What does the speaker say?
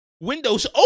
windows